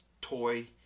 toy